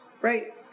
Right